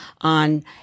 on